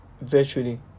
virtually